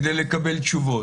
כדי לקבל תשובות.